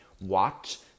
watch